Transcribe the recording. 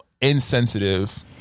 insensitive